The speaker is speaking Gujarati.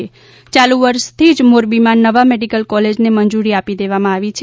યાલુ વર્ષથી જ મોરબીમાં નવા મેડીકલ કોલેજને મંજુરી આપી દેવામાં આવી છે